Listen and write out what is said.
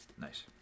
nice